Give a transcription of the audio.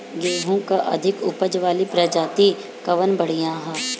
गेहूँ क अधिक ऊपज वाली प्रजाति कवन बढ़ियां ह?